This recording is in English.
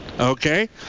okay